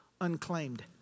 unclaimed